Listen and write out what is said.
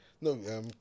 No